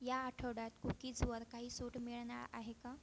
या आठवड्यात कुकीजवर काही सूट मिळणार आहे का